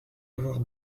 avoir